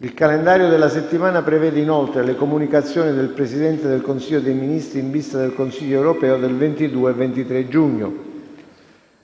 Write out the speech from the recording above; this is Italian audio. Il calendario della settimana prevede inoltre le comunicazioni del Presidente del Consiglio dei ministri in vista del Consiglio europeo del 22 e 23 giugno.